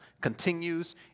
continues